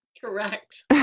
Correct